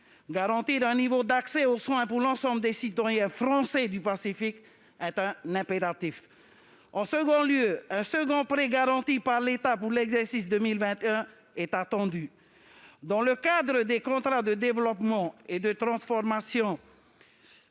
garantir un niveau d'accès aux soins pour l'ensemble des citoyens français du Pacifique est un impératif. En second lieu, un second prêt garanti par l'État pour l'exercice 2021 est attendu. Le contrat de développement et de transformation